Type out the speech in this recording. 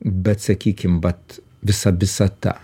bet sakykime vat visa visata